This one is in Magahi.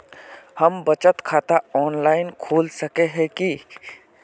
हम बचत खाता ऑनलाइन खोल सके है की?